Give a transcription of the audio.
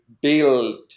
build